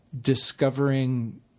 discovering